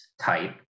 type